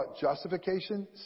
justification